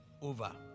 over